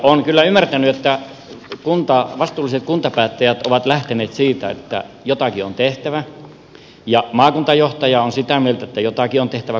olen kyllä ymmärtänyt että vastuulliset kuntapäättäjät ovat lähteneet siitä että jotakin on tehtävä ja maakuntajohtaja on sitä mieltä että jotakin on tehtävä